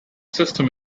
system